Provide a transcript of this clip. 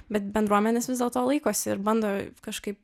bet bendruomenės vis dėlto laikosi ir bando kažkaip